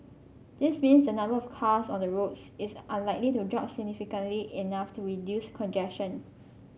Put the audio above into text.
this means the number of cars on the roads is unlikely to drop significantly enough to reduce congestion